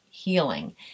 healing